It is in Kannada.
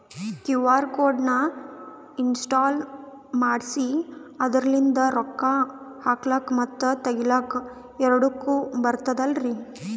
ಕ್ಯೂ.ಆರ್ ಕೋಡ್ ನ ಇನ್ಸ್ಟಾಲ ಮಾಡೆಸಿ ಅದರ್ಲಿಂದ ರೊಕ್ಕ ಹಾಕ್ಲಕ್ಕ ಮತ್ತ ತಗಿಲಕ ಎರಡುಕ್ಕು ಬರ್ತದಲ್ರಿ?